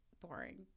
Boring